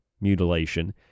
mutilation